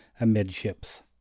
amidships